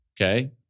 okay